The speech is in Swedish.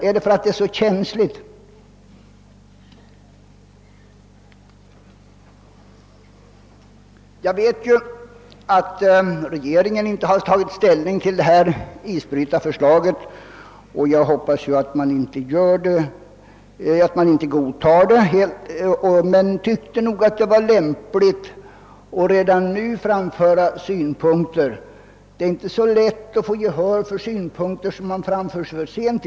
Vad sedan isbrytarförslaget angår vet jag att regeringen inte har tagit ställning till saken. Jag hoppas att man inte godkänner förslaget, men jag tyckte det var lämpligt att redan nu framföra mina synpunkter. Det är inte så lätt att få gehör för synpunkter som framföres för sent.